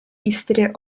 history